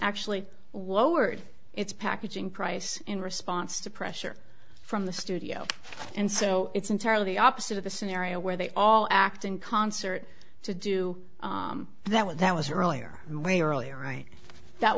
actually what word it's packaging price in response to pressure from the studio and so it's entirely the opposite of the scenario where they all act in concert to do that what that was earlier and way earlier right that